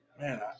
Man